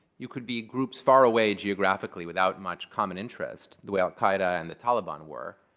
you could be groups far away geographically without much common interest, the way al qaeda and the taliban were.